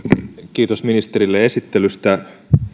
kiitos ministerille esittelystä